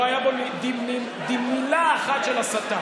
לא הייתה בו מילה אחת של הסתה,